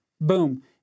Boom